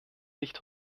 nicht